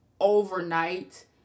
overnight